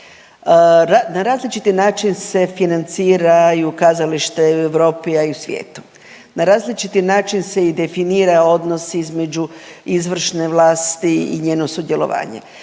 Na različiti način se financiraju kazalište u Europi, a i u svijetu, na različiti način se i definira odnos između izvršne vlasti i njeno sudjelovanje.